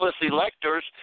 electors